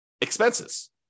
expenses